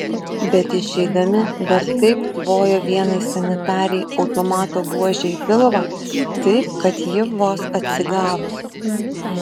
bet išeidami dar taip tvojo vienai sanitarei automato buože į pilvą taip kad ji vos atsigavo